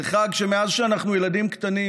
זה חג שמאז שאנחנו ילדים קטנים